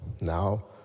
now